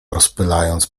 rozpylając